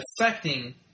affecting